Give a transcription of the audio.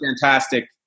fantastic